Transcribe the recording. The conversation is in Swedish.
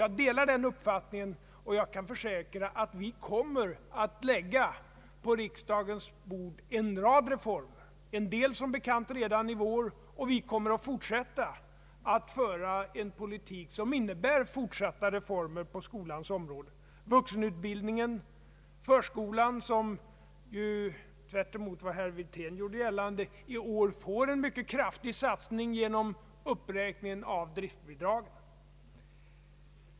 Jag delar den uppfattningen, och jag kan försäkra, att vi kommer att lägga en rad reformer på riksdagens bord, en del som bekant redan i vår. Och vi kommer att fortsätta att föra en politik som innebär fortsatta reformer på skolans område. Det gäller vuxenutbildningen, det gäller förskolan, som ju, tväremot vad herr Wirtén gjorde gällande, i år får en mycket kraftig satsning genom uppräkningen av driftbidragen.